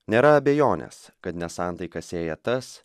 nėra abejonės kad nesantaiką sėja tas